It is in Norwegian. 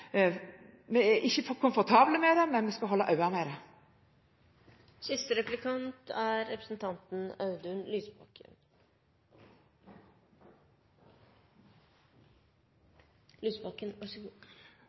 Vi er ikke komfortable med det, men vi skal holde øye med det. Kristelig Folkeparti og SV er